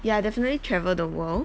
ya definitely travel the world